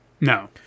No